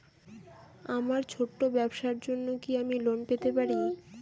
আমার ছোট্ট ব্যাবসার জন্য কি আমি লোন পেতে পারি?